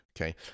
okay